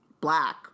black